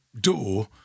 door